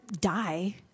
die